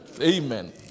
Amen